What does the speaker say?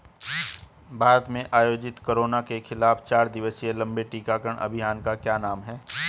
भारत में आयोजित कोरोना के खिलाफ चार दिवसीय लंबे टीकाकरण अभियान का क्या नाम है?